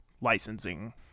licensing